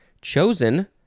chosen